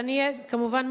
שאני אהיה מוכנה,